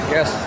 Yes